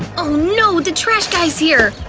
oh no, the trash guy's here!